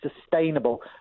sustainable